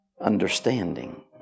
understanding